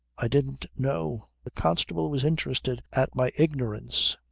i didn't know. the constable was interested at my ignorance.